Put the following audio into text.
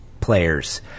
players